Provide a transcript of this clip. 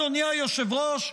אדוני היושב-ראש,